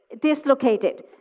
Dislocated